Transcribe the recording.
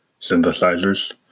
synthesizers